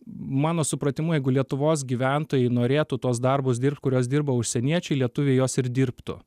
mano supratimu jeigu lietuvos gyventojai norėtų tuos darbus dirbt kuriuos dirba užsieniečiai lietuviai juos ir dirbtų